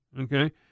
Okay